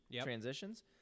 transitions